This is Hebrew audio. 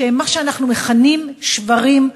מה שאנחנו מכנים, "שוורים מועדים",